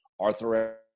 Arthur